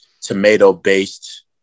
Tomato-based